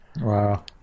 Wow